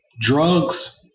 drugs